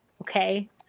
okay